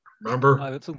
remember